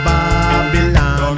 Babylon